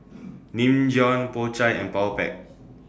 Nin Jiom Po Chai and Powerpac